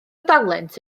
dalent